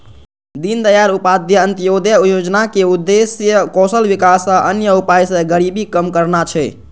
दीनदयाल उपाध्याय अंत्योदय योजनाक उद्देश्य कौशल विकास आ अन्य उपाय सं गरीबी कम करना छै